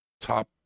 top